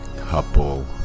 couple